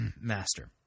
master